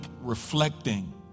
reflecting